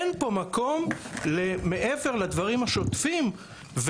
אין פה מקום למעבר לדברים השוטפים.